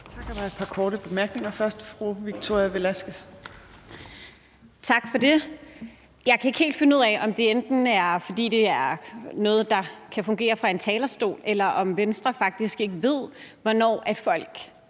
tak for det. Jeg kan ikke helt finde ud af, om det er noget, der kan fungere fra en talerstol, eller om Venstre faktisk ikke ved, hvornår folk